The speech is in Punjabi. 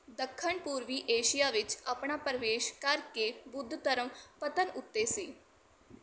ਦੱਖਣ ਪੂਰਬੀ ਏਸ਼ੀਆ ਵਿੱਚ ਆਪਣਾ ਪ੍ਰਵੇਸ਼ ਕਰ ਕੇ ਬੁੱਧ ਧਰਮ ਪਤਨ ਉੱਤੇ ਸੀ